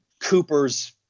Cooper's